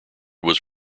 was